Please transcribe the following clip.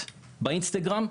במרשתת באינסטגרם,